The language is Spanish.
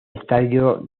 estadio